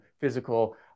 physical